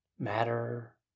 Matter